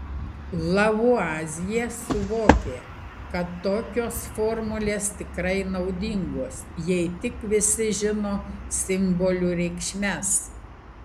lavuazjė suvokė kad tokios formulės tikrai naudingos jei tik visi žino simbolių reikšmes